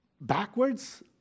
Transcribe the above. backwards